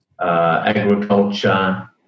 Agriculture